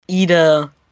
Ida